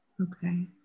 Okay